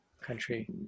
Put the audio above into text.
country